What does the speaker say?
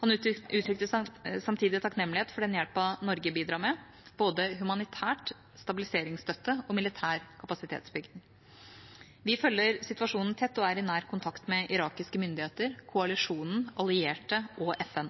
Han uttrykte samtidig takknemlighet for den hjelpen Norge bidrar med, både humanitært og gjennom stabiliseringsstøtte og militær kapasitetsbygging. Vi følger situasjonen tett og er i nær kontakt med irakiske myndigheter, koalisjonen, allierte og FN.